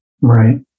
right